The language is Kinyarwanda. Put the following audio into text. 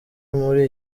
muri